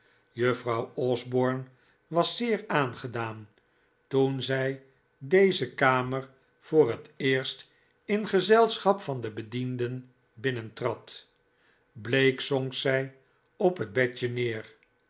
juffrouw osborne was zeer aangedaan toen zij deze kamer voor het eerst in gezelschap van de bedienden binnentrad bleek zonk zij op het bedje neer